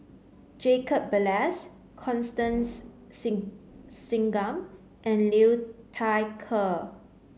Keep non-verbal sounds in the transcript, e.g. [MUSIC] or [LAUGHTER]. Jacob Ballas Constance [UNINTELLIGIBLE] Singam and Liu Thai Ker